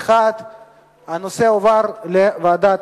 1. הנושא הועבר לוועדת